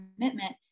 commitment